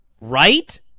right